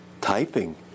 Typing